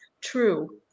true